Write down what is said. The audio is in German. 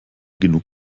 genug